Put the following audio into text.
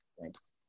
thanks